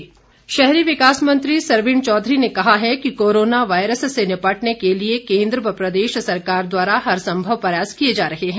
सरवीण शहरी विकास मंत्री सरवीण चौधरी ने कहा है कि कोरोना वायरस से निपटने के लिए केन्द्र व प्रदेश सरकार द्वारा हर संभव प्रयास किए जा रहे हैं